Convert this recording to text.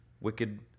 wicked